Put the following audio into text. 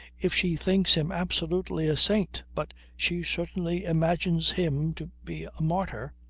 if she thinks him absolutely a saint, but she certainly imagines him to be a martyr.